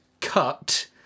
cut